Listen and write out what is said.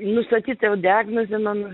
nustatyta jau diagnozė mano